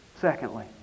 Secondly